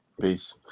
Peace